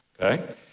okay